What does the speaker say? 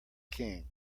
king